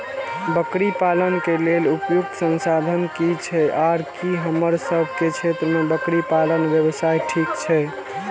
बकरी पालन के लेल उपयुक्त संसाधन की छै आर की हमर सब के क्षेत्र में बकरी पालन व्यवसाय ठीक छै?